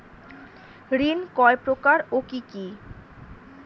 ঋণ কয় প্রকার ও কি কি?